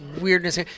weirdness